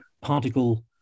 particle